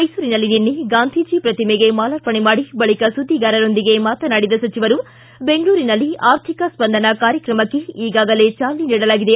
ಮೈಸೂರಿನಲ್ಲಿ ನಿನ್ನೆ ಗಾಂಧೀಜಿ ಪ್ರತಿಮೆಗೆ ಮಾಲಾರ್ಪಣೆ ಮಾಡಿ ಬಳಿಕ ಸುದ್ದಿಗಾರರೊಂದಿಗೆ ಮಾತನಾಡಿದ ಸಚಿವರು ಬೆಂಗಳೂರಿನಲ್ಲಿ ಆರ್ಥಿಕ ಸ್ಪಂದನ ಕಾರ್ಯಕ್ರಮಕ್ಕೆ ಈಗಾಗಲೇ ಚಾಲನೆ ನೀಡಲಾಗಿದೆ